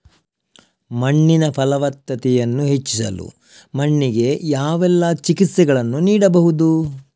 ಮಣ್ಣಿನ ಫಲವತ್ತತೆಯನ್ನು ಹೆಚ್ಚಿಸಲು ಮಣ್ಣಿಗೆ ಯಾವೆಲ್ಲಾ ಚಿಕಿತ್ಸೆಗಳನ್ನು ನೀಡಬಹುದು?